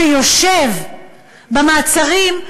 שיושב במעצרים,